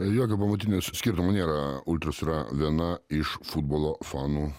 jokių pamatinių skirtumų nėra ultros yra viena iš futbolo fanų